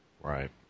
Right